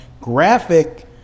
graphic